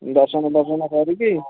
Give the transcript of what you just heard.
ଦର୍ଶନ ଫର୍ଶନ କରିକି